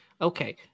Okay